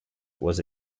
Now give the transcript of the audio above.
was